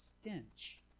stench